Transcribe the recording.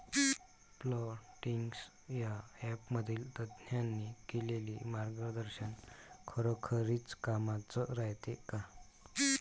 Plantix या ॲपमधील तज्ज्ञांनी केलेली मार्गदर्शन खरोखरीच कामाचं रायते का?